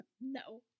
no